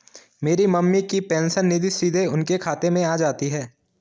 मेरी मम्मी की पेंशन निधि सीधे उनके खाते में आ जाती है